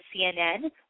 CNN